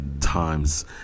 times